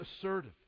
assertive